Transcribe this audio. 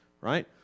right